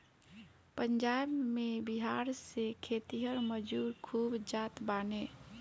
पंजाब में बिहार से खेतिहर मजूर खूब जात बाने